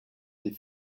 des